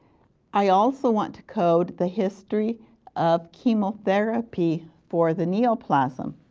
i also want to code the history of chemotherapy for the neoplasm.